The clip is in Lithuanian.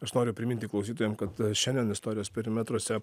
aš noriu priminti klausytojam kad šiandien istorijos perimetruose